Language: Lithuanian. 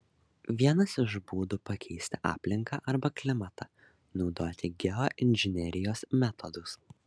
vienas iš būdų pakeisti aplinką arba klimatą naudoti geoinžinerijos metodus